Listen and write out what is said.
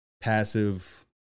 passive